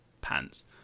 pants